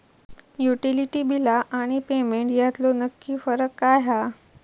Utility बिला आणि payment यातलो नक्की फरक काय हा?